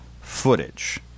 footage